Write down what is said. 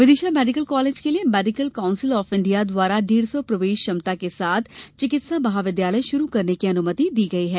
Vidisha medical college के लिए medical council of India द्वारा डेढ़ सौ प्रवेश क्षमता के साथ चिकित्सा महाविद्यालय शुरू करने की अनुमति दी गई है